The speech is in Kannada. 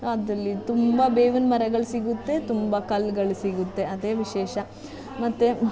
ಅದರಲ್ಲಿ ತುಂಬ ಬೇವಿನ ಮರಗಳು ಸಿಗುತ್ತೆ ತುಂಬ ಕಲ್ಲುಗಳ್ ಸಿಗುತ್ತೆ ಅದೇ ವಿಶೇಷ ಮತ್ತು